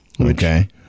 Okay